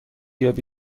یابی